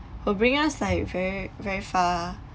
will bring us like very very far